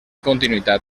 continuïtat